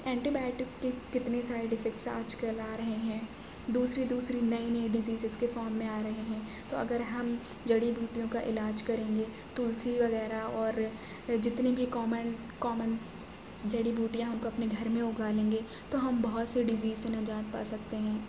anti biotic کے کتنے side effect آج کل آ رہے ہیں دوسری دوسری نئی نئی ڈزیزیز کے فورم میں آ رہے ہیں تو اگر ہم جڑی بوٹیوں کا علاج کریں گے تلسی وغیرہ اور جتنی بھی کامن کامن جڑی بوٹیاں ہم ان کو اپنے گھر میں اگا لیں گے تو ہم بہت سے ڈزیز سے نجات پا سکتے ہیں